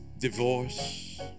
divorce